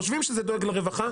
אנחנו חושבים שזה דואג לרווחה,